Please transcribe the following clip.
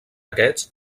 aquests